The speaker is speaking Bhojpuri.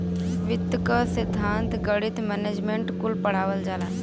वित्त क सिद्धान्त, गणित, मैनेजमेंट कुल पढ़ावल जाला